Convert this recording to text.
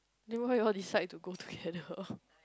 then why you all decide to go together